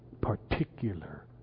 particular